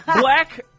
Black